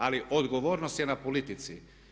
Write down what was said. Ali odgovornost je na politici.